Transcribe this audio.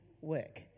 work